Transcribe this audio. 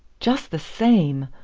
just the same!